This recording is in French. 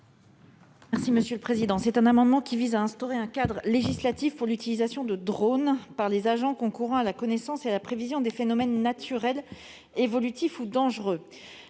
est à Mme la ministre. Cet amendement vise à instaurer un cadre législatif pour l'utilisation de drones par les agents concourant à la connaissance et à la prévision des phénomènes naturels évolutifs ou dangereux.